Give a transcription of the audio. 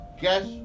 Guess